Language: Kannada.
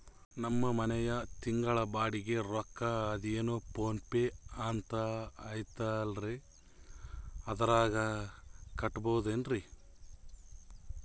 ನಮ್ಮ ಮನೆಯ ತಿಂಗಳ ಬಾಡಿಗೆ ರೊಕ್ಕ ಅದೇನೋ ಪೋನ್ ಪೇ ಅಂತಾ ಐತಲ್ರೇ ಅದರಾಗ ಕಟ್ಟಬಹುದೇನ್ರಿ?